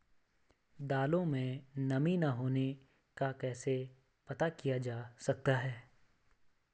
दालों में नमी न होने का कैसे पता किया जा सकता है?